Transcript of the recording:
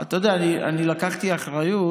אתה יודע, אני לקחתי אחריות.